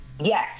Yes